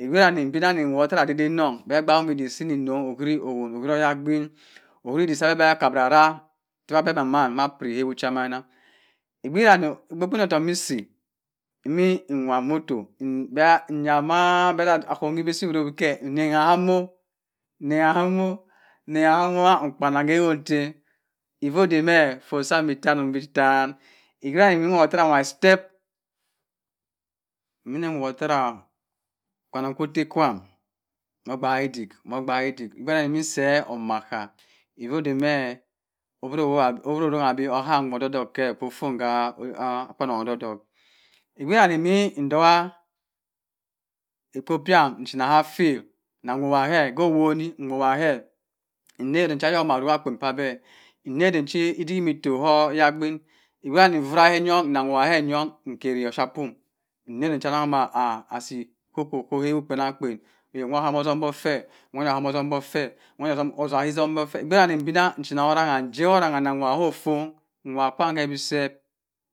Ogbira mme mbina neh nwoh otera adideng eneng beg gbaak muh udik seni nne knoh oheri owon uhiro oyagbin moh hen idite seh bah kah bara arah atina beh nah piri hewo cha mana mbera mi otok mmo nsi mi nwa motor nyahr mah bhe ahon su evi ewero weh keh inangha inangha mo inangha mo mpanam keeh efon che before adamme efor sam ni ntanen himm keh taan ibara inim my step imin woh otera ekwaneng kwo ote kwam moh agbaak edik moh gbaak edik obera mben bin seh omasa before ode, mme hoburo orora bi oham odok kweh ofun hah ekwaneng odok odo k egbari meh ntoha ekpo piam nchina hah field nah wowaheh gowonu nwowaheh ned eden cha omma arugh aken pah abeh nedinchi amma rogha akpen pah beh ineh elenchi idik otok ayagbin nwa nvora ohon nkeri offiapiuw nnedea cha anangha amah asi koko ohen kpenang kpen owema ahomo otombok feh nwa aya ohamo otombok feh nwaya ohamo otombok feh nwaya oham otombok feh ogbera nim mbina ngehe orangha nne nwa hofon nwa apah ham besep